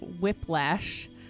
Whiplash